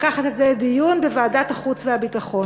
לקחת את זה לדיון בוועדת החוץ והביטחון.